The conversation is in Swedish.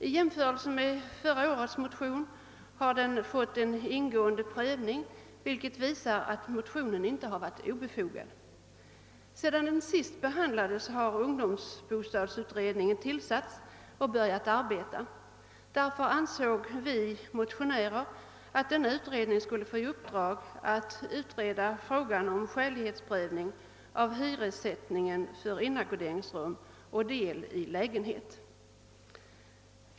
I jämförelse med förra årets motion har den fått en ingående prövning, vilket visat att motionen inte varit obefogad. Sedan den sist behandlades har ungdomsbostadsutredningen = tillsatts och börjat arbeta. Därför ansåg vi att denna utredning skulle få i uppdrag att utreda frågan om skälighetsprövning av hyressättningen för inackorderingsrum . och del i lägenhet.